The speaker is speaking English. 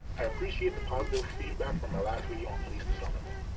i appreciate the positive feedback from our last video on police disarmament.